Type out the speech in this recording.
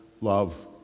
Love